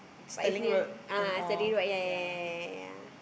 but it's near ah road ah ya ya ya ya ya